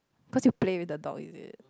cause you play with the dog is it